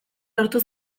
lortu